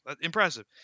Impressive